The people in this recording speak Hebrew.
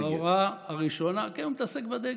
ההוראה הראשונה, כן, הוא מתעסק בדגל.